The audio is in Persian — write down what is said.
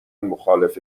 مخالف